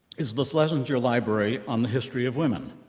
is the schlesinger library on the history of women,